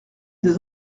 des